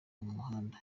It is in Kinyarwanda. muhanda